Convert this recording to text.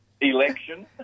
Election